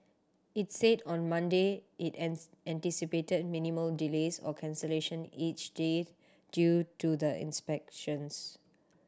its said on Monday it anticipated minimal delays or cancellation each day due to the inspections